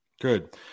Good